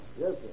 yes